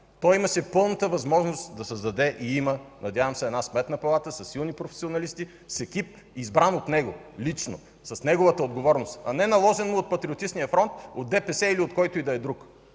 и има пълната възможност да създаде, надявам се, една Сметна палата със силни професионалисти, с екип, избран от него лично, с неговата отговорност, а не наложен му от Патриотичния фронт, от ДПС или от който и да е друг.